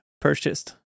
purchased